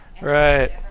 Right